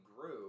grew